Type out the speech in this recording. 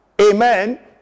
Amen